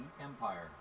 Empire